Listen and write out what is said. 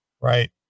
Right